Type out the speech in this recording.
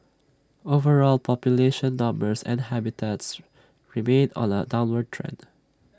overall population numbers and habitats remain on A downward trend